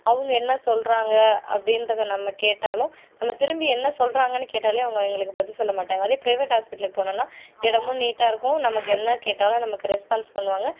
அவங்க என்ன சொல்கிறாங்க அப்படின்றதை நம்ம கேட்டாலும் நம்ம திரும்பி என்ன சொல்கிறாங்கன்னு கேட்டாலே அவங்க எங்களுக்கு பதில் சொல்லமாட்டங்கள் அதே ப்ரைவேட் ஹாஸ்பிட்டலுக்கு போனோம்னா இடமும் நீட்டாக இருக்கும் நமக்கு என்ன கேட்டாலும் நமக்கு ரெஸ்பான்ஸ் பண்ணுவாங்கள்